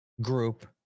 group